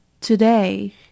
Today